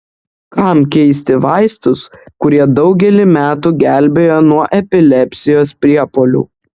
kam keisti vaistus kurie daugelį metų gelbėjo nuo epilepsijos priepuolių